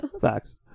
Facts